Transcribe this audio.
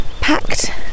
packed